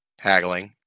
haggling